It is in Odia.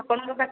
ହଁ କୁହନ୍ତୁ ସାର୍